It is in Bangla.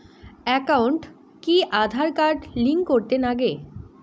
একাউন্টত কি আঁধার কার্ড লিংক করের নাগে?